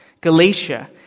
Galatia